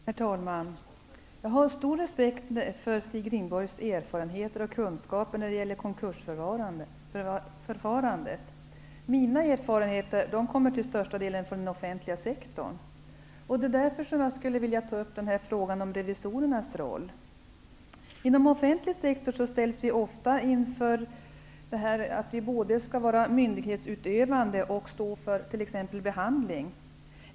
Herr talman! Jag har stor respekt för Stig Rindborgs erfarenheter och kunskaper när det gäller konkursförfarandet. Mina erfarenheter kommer till största delen från den offentliga sektorn. Det är därför jag skulle vilja ta upp frågan om revisorernas roll. Inom den offentliga sektorn ställs vi ofta inför problemet att vi både skall ägna oss åt myndighetsutövning och t.ex. stå för behandling.